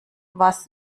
was